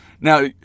Now